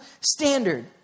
standard